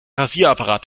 rasierapparat